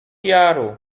jaru